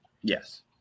Yes